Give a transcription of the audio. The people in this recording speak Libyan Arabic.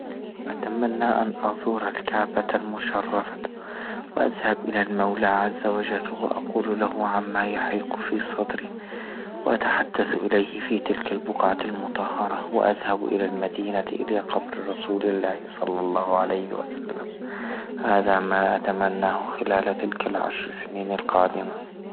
أتمنى أن أزور الكعبة المشرفة وأذهب إلى المولى عز وجل وأقول له عما يحيق في صدري، وأتحدث إليه في تلك البقعة المطهرة وأذهب إلى المدينة إلى قبر رسول الله صلى الله عليه وسلم، هذا ما أتمناه خلال تلك العشر سنين القادمة.